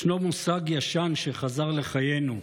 ישנו מושג ישן שחזר לחיינו,